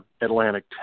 Atlantic